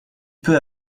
peu